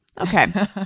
Okay